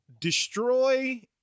destroy